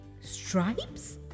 Stripes